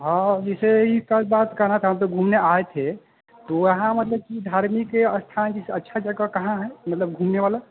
हाँ जैसे यह बात बात कहना था हम तो घूमने आए थे तो वहाँ मतलब कि धार्मिक अस्थान जैसे अच्छी जगह कहाँ है मतलब घूमने वाली